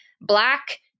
black